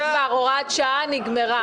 זה היה הוראת שעה שנגמרה.